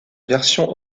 version